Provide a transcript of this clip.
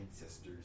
ancestors